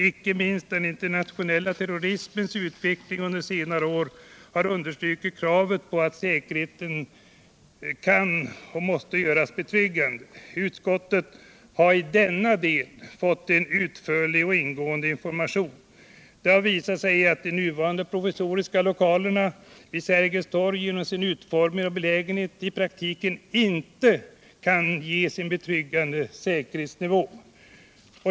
Inte minst den internationella terrorismens utveckling under senare år har understrukit kravet på att säkerheten kan göras betryggande. Utskottet har i denna del fått utförlig och ingående information. Det har visat sig att de nuvarande provisoriska lokalerna vid Sergels torg genom sin utformning och belägenhet i praktiken inte kan ges en betryggande säkerhetsnivå.